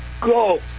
Go